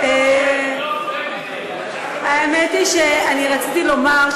האמת היא שרציתי לומר,